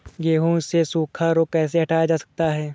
गेहूँ से सूखा रोग कैसे हटाया जा सकता है?